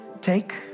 take